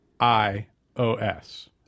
iOS